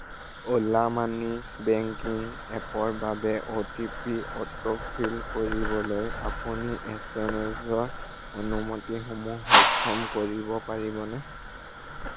Ola money banking এপৰ বাবে OTP autofill কৰিবলৈ আপুনি এছএমএছৰ অনুমতিসমূহ সক্ষম কৰিব পাৰিবনে